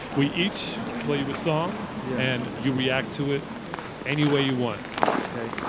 we each play you a song yeah and you react to it any way you want ok